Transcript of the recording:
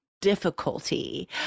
difficulty